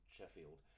Sheffield